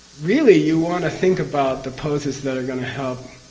really, you want to think about the poses that are going to help.